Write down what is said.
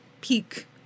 peak